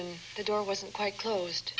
and the door wasn't quite closed